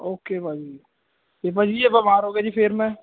okay ਭਾਅ ਜੀ ਇਹ ਭਾਅ ਜੀ ਜੇ ਬਿਮਾਰ ਹੋ ਗਏ ਜੀ ਫੇਰ ਮੈਂ